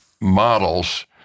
models